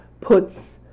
puts